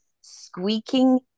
squeaking